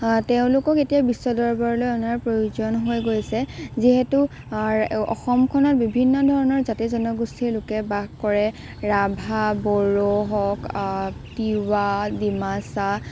তেওঁলোকক এতিয়া বিশ্ব দৰবৰলৈ অনাৰ প্ৰয়োজন হৈ গৈছে যিহেতু অসমখনত বিভিন্ন ধৰণৰ জাতি জনগোষ্ঠীৰ লোকে বাস কৰে ৰাভা বড়ো হওক তিৱা ডিমাচা